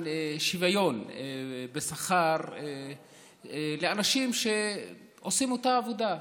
שוויון בשכר לאנשים שעושים את אותה עבודה,